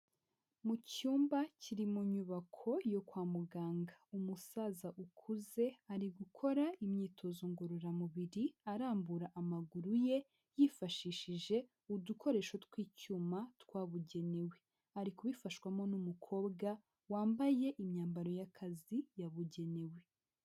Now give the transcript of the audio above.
Mu cyumba kiri mu nyubako yo kwa muganga. Umusaza ukuze ari gukora imyitozo ngororamubiri arambura amaguru ye yifashishije udukoresho tw'icyuma twabugenewe. Ari kubifashwamo n'umukobwa wambaye imyambaro y'akazi yabugenewe.